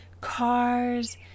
cars